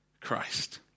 Christ